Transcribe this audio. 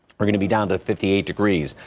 we're going to be down to fifty eight degrees.